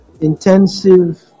intensive